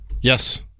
Yes